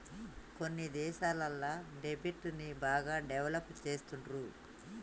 కొన్ని దేశాలల్ల దెబ్ట్ ని బాగా డెవలప్ చేస్తుండ్రు